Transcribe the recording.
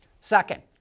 Second